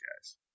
guys